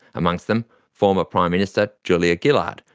amongst them former prime minister julia gillard,